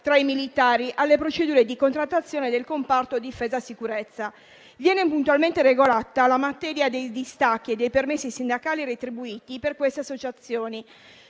tra i militari alle procedure di contrattazione del comparto difesa-sicurezza. Viene puntualmente regolata la materia dei distacchi e dei permessi sindacali retribuiti per queste associazioni.